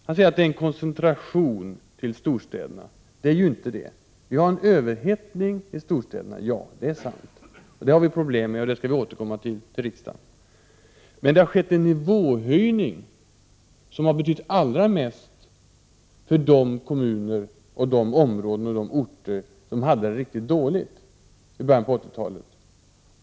Han säger att det är en koncentration till storstäderna. Så är det inte. Vi har en överhettning i storstäderna, det är sant. Detta har vi problem med, och därvidlag skall vi återkomma till riksdagen med förslag. Men det har skett en nivåhöjning som har betytt allra mest för de kommuner, de områden och de orter som hade det riktigt dåligt i början av 80-talet.